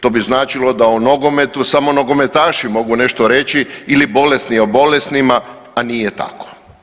To bi značilo da o nogometu samo nogometaši mogu nešto reći ili bolesni o bolesnima, a nije tako.